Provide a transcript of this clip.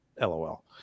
LOL